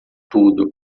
tudo